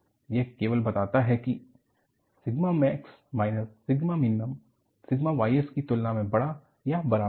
यह केवल बताता है की sigma max minus sigma minimum sigma Ys की तुलना में बड़ा या बराबर है